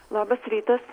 labas rytas